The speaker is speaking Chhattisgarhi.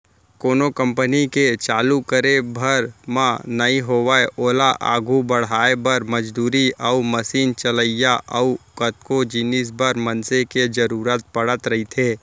कोनो कंपनी के चालू करे भर म नइ होवय ओला आघू बड़हाय बर, मजदूरी अउ मसीन चलइया अउ कतको जिनिस बर मनसे के जरुरत पड़त रहिथे